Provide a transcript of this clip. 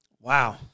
Wow